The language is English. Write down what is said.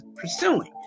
pursuing